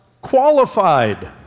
qualified